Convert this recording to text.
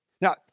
Now